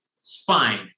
spine